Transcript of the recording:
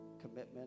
commitment